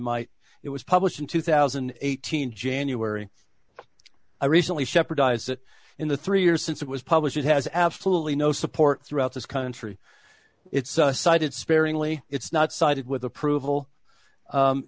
might it was published in two thousand and eighteen january i recently shepherdess it in the three years since it was published it has absolutely no support throughout this country it's cited sparingly it's not cited with approval